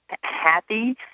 happy